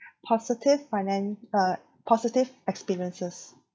positive finan~ uh positive experiences